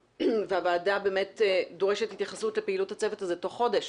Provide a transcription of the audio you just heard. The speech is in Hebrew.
הוועדה דורשת התייחסות לפעילות הצוות הזה תוך חודש,